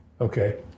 Okay